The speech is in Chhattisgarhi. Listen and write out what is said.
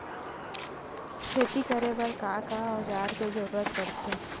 खेती करे बर का का औज़ार के जरूरत पढ़थे?